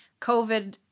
COVID